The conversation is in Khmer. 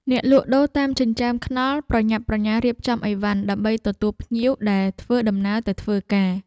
អ្នកលក់ដូរតាមចិញ្ចើមថ្នល់ប្រញាប់ប្រញាល់រៀបចំឥវ៉ាន់ដើម្បីទទួលភ្ញៀវដែលធ្វើដំណើរទៅធ្វើការ។